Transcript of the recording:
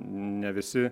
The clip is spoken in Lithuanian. ne visi